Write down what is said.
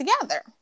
together